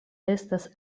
estas